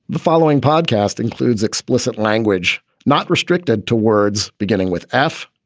the following podcast includes explicit language not restricted to words, beginning with f,